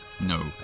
No